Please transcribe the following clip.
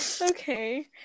Okay